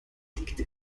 liegt